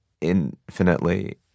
infinitely